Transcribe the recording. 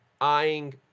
eyeing